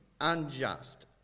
unjust